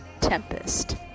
Tempest